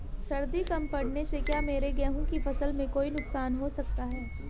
सर्दी कम पड़ने से क्या मेरे गेहूँ की फसल में कोई नुकसान हो सकता है?